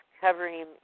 covering